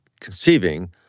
conceiving